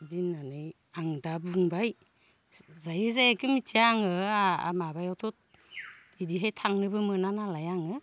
इदि होननानै आं दा बुंबाय जायो जाया इखो मोन्थिया आं माबायावथ' इदिहाय थांनोबो मोनानालाय आङो